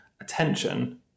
Attention